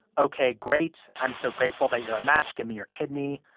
ok, great. i'm so grateful that you're a match. give me your kidney.